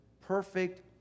perfect